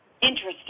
interesting